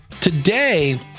Today